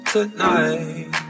Tonight